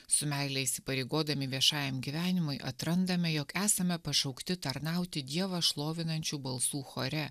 su meile įsipareigodami viešajam gyvenimui atrandame jog esame pašaukti tarnauti dievą šlovinančių balsų chore